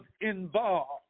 involved